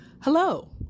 hello